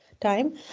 time